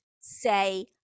say